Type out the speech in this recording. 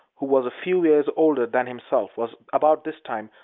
who was a few years older than himself, was, about this time,